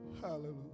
Hallelujah